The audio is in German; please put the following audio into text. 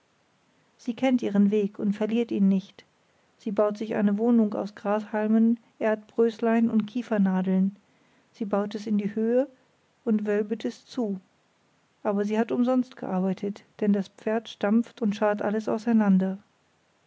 sie kennt ihren weg und verliert ihn nicht sie baut sich eine wohnung aus grashalmen erdbröslein und kiefernadeln sie baut es in die höhe und wölbet es zu aber sie hat umsonst gearbeitet denn das pferd stampft und scharrt alles auseinander